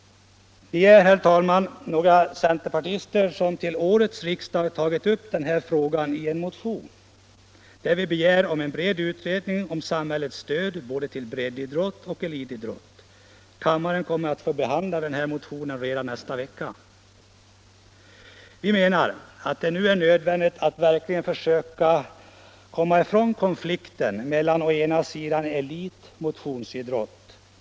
Vi är några centerpartister som tagit upp denna fråga i en motion. Vi begär där utredning av frågan om samhällets stöd till både breddidrotten och elitidrotten. Kammaren kommer att få behandla den motionen redan nästa vecka. Vi menar att det är nödvändigt att verkligen försöka komma ifrån konflikten mellan å ena sidan elitidrotten och å andra sidan motionsidrotten.